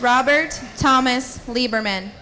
robert thomas lieberman